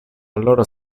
allora